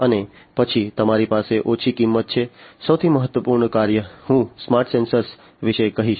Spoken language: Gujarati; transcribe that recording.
અને પછી તમારી પાસે ઓછી કિંમત છે સૌથી મહત્વપૂર્ણ કાર્ય હું સ્માર્ટ સેન્સર વિશે કહીશ